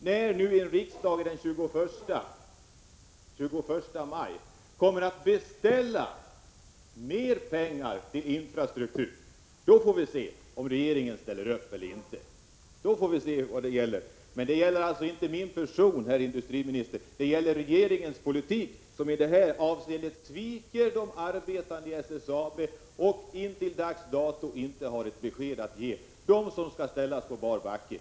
När nu riksdagen den 21 maj kommer att beställa mer pengar till infrastrukturella insatser får vi se om regeringen ställer upp eller inte. Men det gäller alltså inte min person, herr industriminister, utan regeringens politik, som i detta avseende sviker de arbetande i SSAB. Intill dags datum har regeringen inte ett besked att ge dem som skall ställas på bar backe.